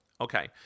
Okay